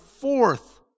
fourth